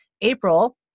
April